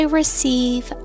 receive